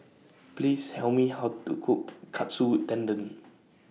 Please Tell Me How to Cook Katsu Tendon